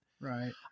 right